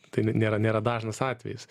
tai nėra nėra dažnas atvejis